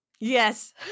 Yes